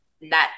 net